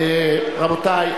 רבותי,